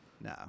No